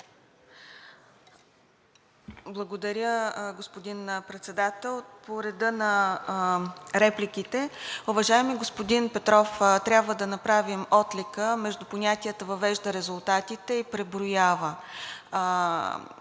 Благодаря, господин Председател. По реда на репликите. Уважаеми господин Петров, трябва да направим отлика между понятията „въвежда резултатите“ и „преброява